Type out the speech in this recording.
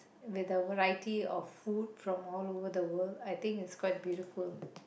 with a variety of food from all over the world I think it's quite beautiful